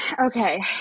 Okay